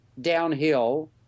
downhill